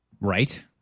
Right